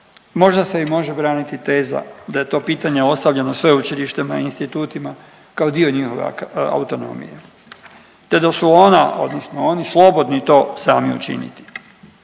možda se i može braniti teza da je to pitanje ostavljeno sveučilištima i institutima kao dio njihove autonomije, te da su ona odnosno oni slobodni to sami učiniti.